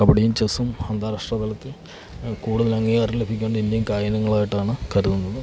കബഡിയും ചെസ്സും അന്താരാഷ്ട്ര തലത്തിൽ കൂടുതൽ അംഗീകാരം ലഭിക്കേണ്ട ഇന്ത്യൻ കായിക ഇനങ്ങളായിട്ടാണ് കരുതുന്നത്